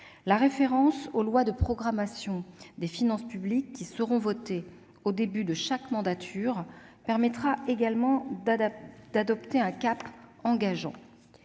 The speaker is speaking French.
La référence aux lois de programmation des finances publiques, qui seront adoptées au début de chaque mandat, permettra également de fixer un cap contraignant.